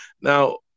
now